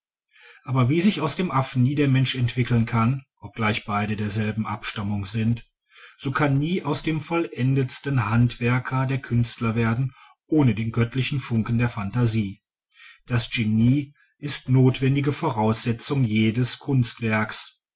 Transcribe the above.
aber wie sich aus dem affen nie der mensch entwickeln kann obgleich beide derselben abstammung sind so kann nie aus dem vollendetsten handwerker der künstler werden ohne den göttlichen funken der phantasie das genie ist notwendige voraussetzung jedes kunstwerkes